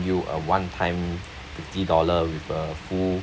you uh one time fifty dollar with a full